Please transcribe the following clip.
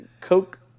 Coke